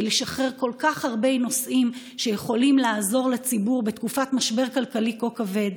לשחרר כל כך הרבה נושאים שיכולים לעזור לציבור בתקופת משבר כלכלי כה כבד.